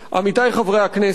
עמיתי חברי הכנסת,